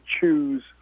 choose